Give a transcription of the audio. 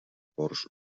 ports